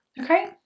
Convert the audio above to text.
Okay